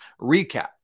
recap